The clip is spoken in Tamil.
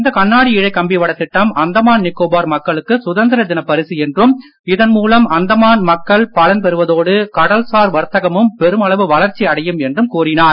இந்த கண்ணாடி இழை கம்பிவடத் திட்டம் அந்தமான் நிகோபார் மக்களுக்கு சுதந்திர தினப் பரிசு என்றும் இதன் மூலம் அந்தமான் மக்கள் பலன் பெறுவதோடு கடல்சார் வர்த்தகமும் பெருமளவு வளர்ச்சியடையும் என்றும் கூறினார்